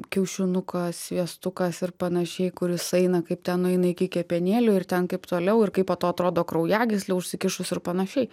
kiaušinukas sviestukas ir panašiai kur jis eina kaip ten nueina į kepenėlių ir ten kaip toliau ir kaip po to atrodo kraujagyslė užsikišus ir panašiai